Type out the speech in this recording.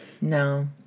No